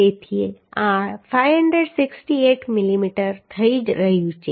તેથી આ 568 મિલીમીટર થઈ રહ્યું છે